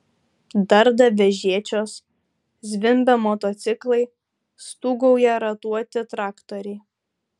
darda vežėčios zvimbia motociklai stūgauja ratuoti traktoriai